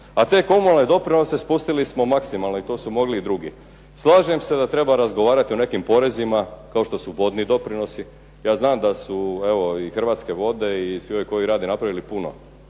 a te komunalne doprinose spustili smo maksimalno i to su mogli i drugi. Slažem se da treba razgovarati o nekim porezima kao što su vodni doprinosi. Ja znam da su evo i Hrvatske vode i svi ovi koji rade napravili puno,